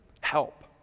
help